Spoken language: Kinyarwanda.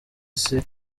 isi